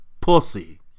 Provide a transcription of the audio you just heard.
Pussy